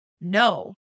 No